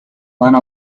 one